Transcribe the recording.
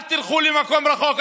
אל תלכו למקום רחוק,